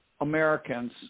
Americans